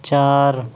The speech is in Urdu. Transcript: چار